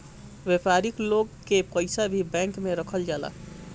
व्यापारिक लोग कअ पईसा भी बैंक में रखल जाला